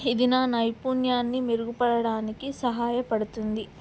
ఇది నా నైపుణ్యాన్ని మెరుగుపరచడానికి సహాయపడుతుంది